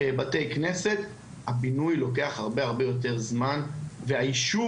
מבינה מהם משרד החינוך טרם אישר להם בעצם